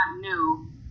new